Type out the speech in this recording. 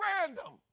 random